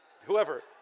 whoever